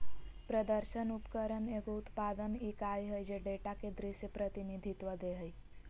प्रदर्शन उपकरण एगो उत्पादन इकाई हइ जे डेटा के दृश्य प्रतिनिधित्व दे हइ